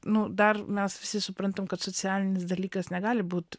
nu dar mes visi suprantam kad socialinis dalykas negali būt